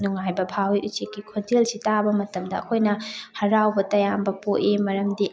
ꯅꯨꯡꯉꯥꯏꯕ ꯐꯥꯎꯋꯤ ꯎꯆꯦꯛꯀꯤ ꯈꯣꯟꯖꯦꯜꯁꯤ ꯇꯥꯕ ꯃꯇꯝꯗ ꯑꯩꯈꯣꯏꯅ ꯍꯔꯥꯎꯕ ꯇꯌꯥꯝꯕ ꯄꯣꯛꯏ ꯃꯔꯝꯗꯤ